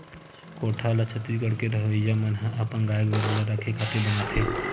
कोठा ल छत्तीसगढ़ के रहवइया मन ह अपन गाय गरु ल रखे खातिर बनाथे